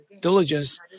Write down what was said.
diligence